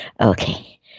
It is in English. Okay